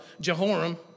Jehoram